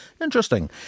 Interesting